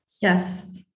yes